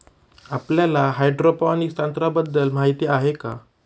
आपल्याला हायड्रोपोनिक्स तंत्रज्ञानाबद्दल माहिती आहे का?